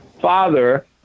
father